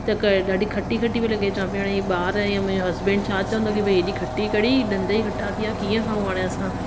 त क ॾाढी खटी खटी पई लॻे जाम चऊं पिया हाणे ॿार ऐं मुंजो हस्बैंड छा चौंदा की भई एॾी खटी कढ़ी दंदु ई खटा थी विया कीअं खाऊं हाणे असां